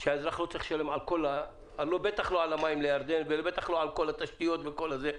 האזרח לא צריך לשלם על המים לירדן ולא על תשתיות וכל זה.